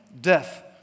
Death